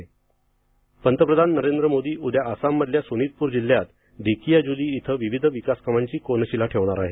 पंतप्रधान आसाम पंतप्रधान नरेंद्र मोदी उद्या आसाममधल्या सोनितपूर जिल्ह्यात धेकियाजुली इथं विविध विकासकामांची कोनशीला ठेवणार आहेत